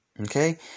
Okay